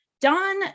Don